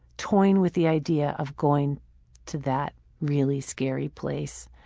toying with the idea of going to that really scary place.